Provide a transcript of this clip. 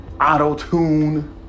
auto-tune